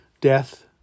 Death